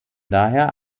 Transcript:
daher